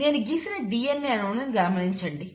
నేను గీసిన DNA అణువును గమనించండి